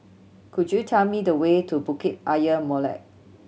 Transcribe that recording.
could you tell me the way to Bukit Ayer Molek